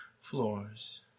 floors